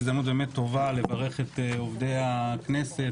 זו הזדמנות באמת טובה לברך את עובדי הכנסת,